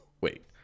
wait